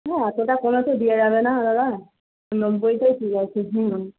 না এতটা কমে তো দেওয়া যাবে না দাদা নব্বইটাই ঠিক আছে হুম